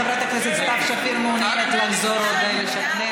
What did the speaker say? חברת הכנסת סתיו שפיר מעוניינת לחזור ולשכנע.